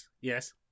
yes